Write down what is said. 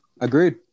Agreed